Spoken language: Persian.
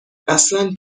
اصلا